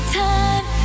time